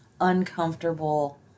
uncomfortable